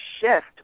shift